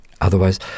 Otherwise